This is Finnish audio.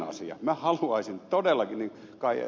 minä haluaisin todella kai ed